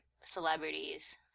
celebrities